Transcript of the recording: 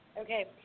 Okay